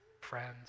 friends